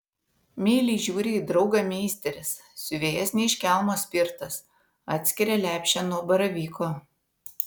meiliai žiūri į draugą meisteris siuvėjas ne iš kelmo spirtas atskiria lepšę nuo baravyko